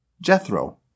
Jethro